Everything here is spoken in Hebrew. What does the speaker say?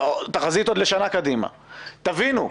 תבינו,